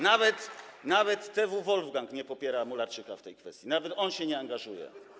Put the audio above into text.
Nawet TW „Wolfgang” nie popiera Mularczyka w tej kwestii, nawet on się nie angażuje.